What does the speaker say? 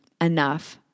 enough